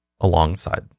alongside